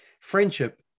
Friendship